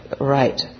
right